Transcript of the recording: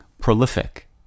prolific